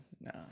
no